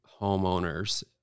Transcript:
homeowners